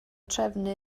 trefnu